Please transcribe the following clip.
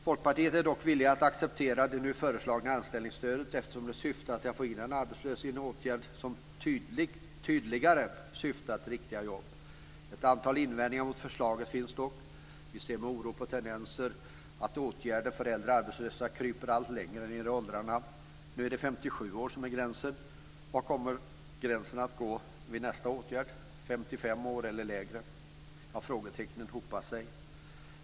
Folkpartiet är dock villigt att acceptera det nu föreslagna anställningsstödet, eftersom det syftar till att få in den arbetslöse i en åtgärd som tydligare syftar till riktiga jobb. Ett antal invändningar mot förslaget finns dock. Vi ser med oro på tendensen att åtgärder för de äldre arbetslösa kryper allt längre ned i åldrarna. Nu är det 57 år som är gränsen. Var kommer gränsen att gå vid nästa åtgärd? Vid 55 år eller lägre? Frågetecknen hopar sig.